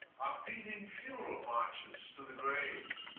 beating funeral marches to the grave.